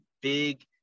big